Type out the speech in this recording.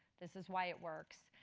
this is why it works.